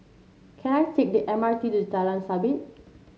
can I take the M R T to Jalan Sabit